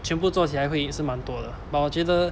全部做起来会是蛮多的 but 我觉得